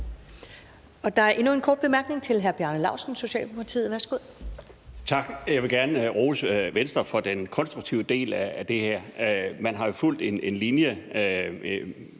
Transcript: Der er endnu en kort bemærkning til hr. Bjarne Laustsen, Socialdemokratiet. Værsgo. Kl. 13:45 Bjarne Laustsen (S): Tak. Jeg vil gerne rose Venstre for den konstruktive del af det her. Man har jo fulgt en linje